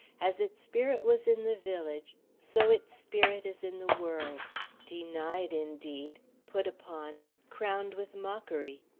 as its spirit was in the village, so its spirit is in the world denied indeed put upon, crowned with mockery,